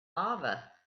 lava